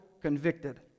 convicted